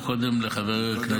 או קודם לחבר הכנסת --- קודם